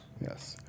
Yes